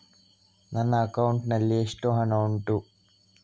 ನನ್ನ ಅಕೌಂಟ್ ನಲ್ಲಿ ಎಷ್ಟು ಹಣ ಉಂಟು?